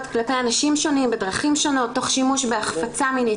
כלפי אנשים שונים בדרכים שונות תוך שימוש בהחפצה מינית,